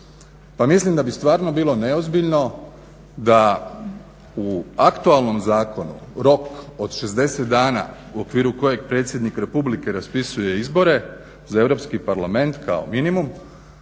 mislim da bi stvarno bilo neozbiljno da u aktualnom zakonu rok od 60 dana u okviru kojeg predsjednik republike raspisuje izbore za Europski parlament kao minimum,